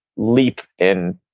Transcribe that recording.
leap in,